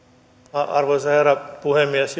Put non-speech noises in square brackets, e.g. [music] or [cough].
arvoisa herra puhemies [unintelligible]